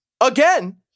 again